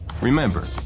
Remember